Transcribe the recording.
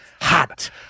hot